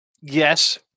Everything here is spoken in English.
Yes